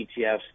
ETFs